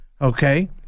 Okay